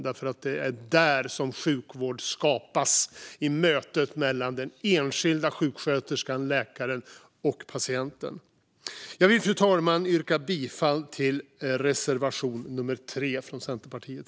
Det är nämligen där sjukvård skapas: i mötet mellan den enskilda sjuksköterskan eller läkaren och patienten. Fru talman! Jag yrkar bifall till reservation nummer 3 från Centerpartiet.